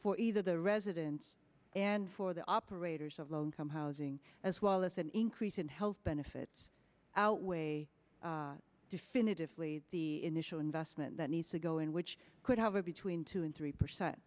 for either the residents and for the operators of low income housing as well as an increase in health benefits outweigh definitively the initial investment that needs to go in which could have a between two and three percent